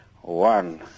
One